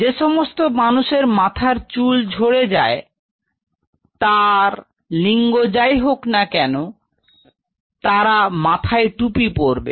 যে সমস্ত মানুষের মাথার চুল ঝরে যায় তা লিঙ্গ যাইহোক না কেন তারা মাথায় টুপি পরবে